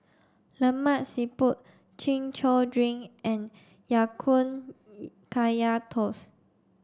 Lemak Siput chin chow drink and Ya Kun Kaya Toast